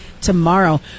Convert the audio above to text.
tomorrow